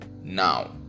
Now